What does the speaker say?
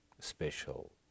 special